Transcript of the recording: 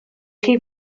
chi